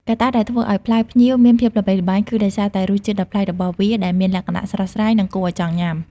កត្តាដែលធ្វើឱ្យផ្លែផ្ញៀវមានភាពល្បីល្បាញ គឺដោយសារតែរសជាតិដ៏ប្លែករបស់វាដែលមានលក្ខណៈស្រស់ស្រាយ និងគួរឱ្យចង់ញ៉ាំ។